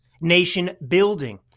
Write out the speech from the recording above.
nation-building